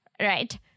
Right